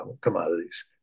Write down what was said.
commodities